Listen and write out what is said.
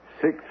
Six